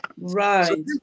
right